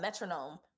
metronome